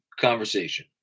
conversation